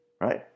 right